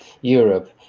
Europe